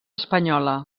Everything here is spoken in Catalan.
espanyola